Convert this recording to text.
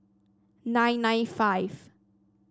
nine nine five